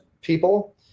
people